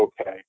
okay